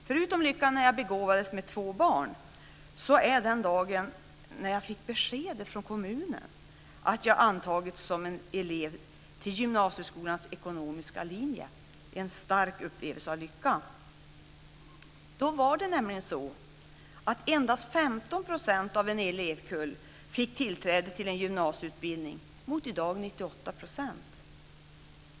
Förutom lyckan när jag begåvades med två barn är den dagen när jag fick besked från kommunen att jag antagits som elev till gymnasieskolans ekonomiska linje då jag har haft min starkaste upplevelse av lycka. Då fick endast 15 % av en elevkull tillträde till en gymnasieutbildning. I dag är det 98 %.